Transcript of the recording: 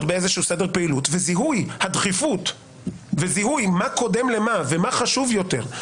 סדר פעילות וזיהוי של מה קודם למה ומה חשוב יותר,